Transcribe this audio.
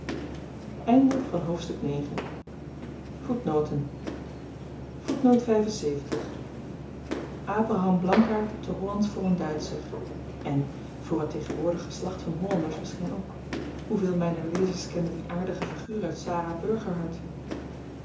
hoofdstuk abraham blankaart te hollandsch voor n duitscher en voor het tegenwoordig geslacht van hollanders misschien ook hoevelen myner lezers kennen die aardige figuur uit